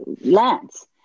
lands